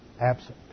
absent